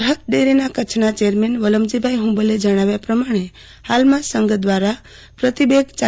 સરહદ ડેરીના કચ્છના ચેરમેન વલમજીભાઈહુંબલે જણાવ્યા પ્રમાણે હાલમાં સંઘ દવારા પ્રતિબે ગ રૂા